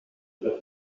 peyre